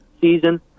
season